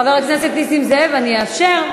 חבר הכנסת נסים זאב, אני אאפשר.